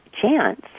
chance